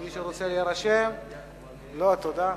מי שרוצה להירשם, לא, תודה.